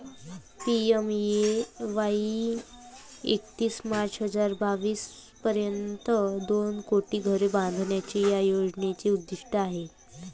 PMAY एकतीस मार्च हजार बावीस पर्यंत दोन कोटी घरे बांधण्याचे या योजनेचे उद्दिष्ट आहे